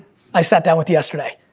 i sat down with yesterday.